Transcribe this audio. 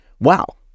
wow